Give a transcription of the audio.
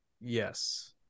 Yes